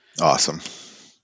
Awesome